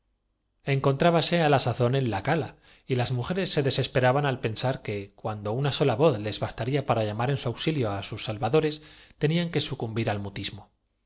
encontrábanse á la sazón en la cala y las mujeres se perdi dos una idea luminosa brotó sin desesperaban al pensar que cuando una sola voz les embargo en el cere bro del atribulado don sindulfo bastaría para llamar en su auxilio á sus salvadores si tenían que sucumbir al mutismo